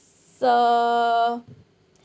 so